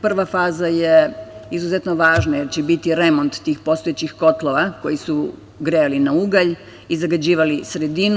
Prva faza je izuzetno važna, jer će biti remont tih postojećih kotlova koji su grejali na ugalj i zagađivali sredinu.